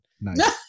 Nice